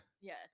yes